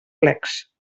plecs